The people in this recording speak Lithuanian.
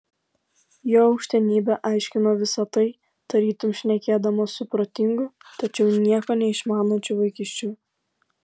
jo aukštenybė aiškino visa tai tarytum šnekėdamas su protingu tačiau nieko neišmanančiu vaikiščiu